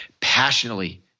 passionately